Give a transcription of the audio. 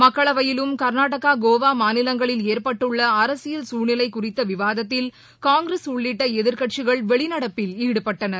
மக்களவையிலும் கர்நாடகா கோவா மாநிலங்களில் ஏற்பட்டுள்ள அரசியல் சூழ்நிலை குறித்த விவாதத்தில் காங்கிரஸ் உள்ளிட்ட எதிர்க்கட்சிகள் வெளிநடப்பில் ஈடுபட்டனர்